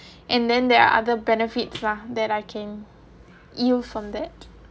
and then there are other benefits lah that I can yield from that